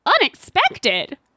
unexpected